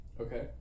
Okay